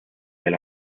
del